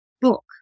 book